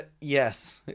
Yes